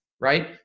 right